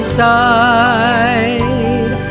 side